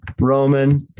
Roman